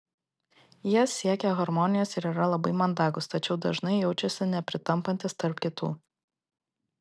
jie siekia harmonijos ir yra labai mandagūs tačiau dažnai jaučiasi nepritampantys tarp kitų